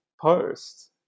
post